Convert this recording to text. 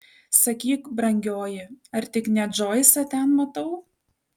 sakyk brangioji ar tik ne džoisą ten matau